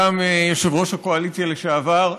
פשוט מחוץ לאולם.